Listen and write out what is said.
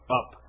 up